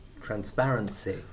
transparency